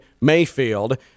Mayfield